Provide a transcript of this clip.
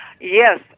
Yes